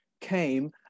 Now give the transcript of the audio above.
came